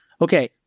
okay